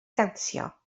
dawnsio